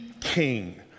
king